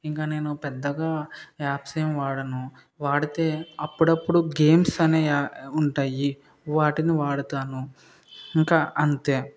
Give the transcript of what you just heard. ఇంకా నేను పెద్దగా యాప్స్ ఏమీ వాడను వాడితే అప్పుడప్పుడు గేమ్స్ అని ఉంటాయి వాటిని వాడతాను ఇంక అంతే